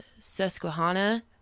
Susquehanna-